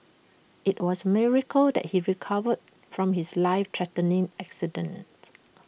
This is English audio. IT was A miracle that he recovered from his life threatening accident